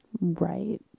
Right